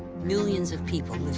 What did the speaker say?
millions of people